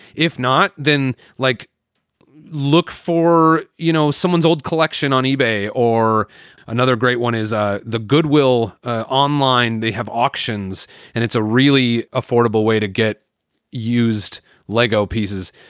if not, then like look for, you know, someone's old collection on ebay or another. great one is ah the goodwill online. they have auctions and it's a really affordable way to get used lego pieces.